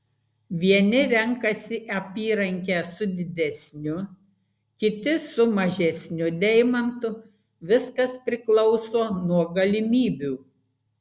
vieni renkasi apyrankę su didesniu kiti su mažesniu deimantu viskas priklauso nuo galimybių